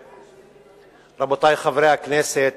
רבותי חברי הכנסת,